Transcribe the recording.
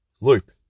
loop